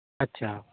ᱟᱪᱪᱷᱟ